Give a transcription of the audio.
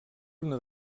una